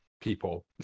people